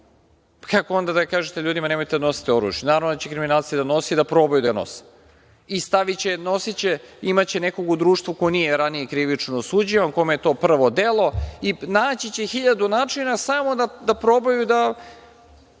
Kako onda da kažete ljudima, nemojte da nosite oružje. Naravno da će kriminalci da nose i da probaju da ga nose i imaće nekog u društvu koji nije ranije krivično osuđivan, kome je to prvo delo i naći će hiljadu načina samo da probaju da